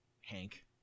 hank